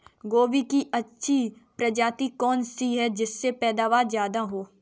गोभी की अच्छी प्रजाति कौन सी है जिससे पैदावार ज्यादा हो?